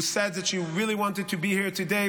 who said that she really wanted to be here today,